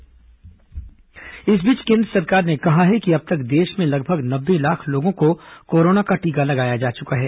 corona समाचार इस बीच केन्द्र सरकार ने कहा है कि अब तक देश में लगभग नब्बे लाख लोगों को कोरोना का टीका लगाया जा चुका है